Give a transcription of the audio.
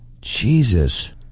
Jesus